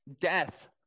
death